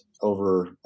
over